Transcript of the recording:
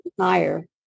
higher